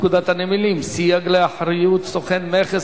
פקודת הנמלים (סייג לאחריות סוכן מכס),